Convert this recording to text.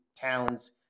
towns